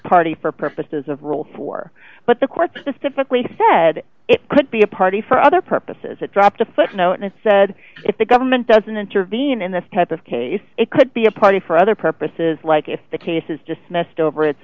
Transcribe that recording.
party for purposes of rule four but the court specifically said it could be a party for other purposes it dropped a footnote and said if the government doesn't intervene in this type of case it could be a party for other purposes like if the case is dismissed over it